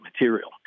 material